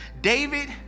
David